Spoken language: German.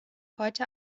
heute